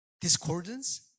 Discordance